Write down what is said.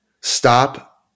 Stop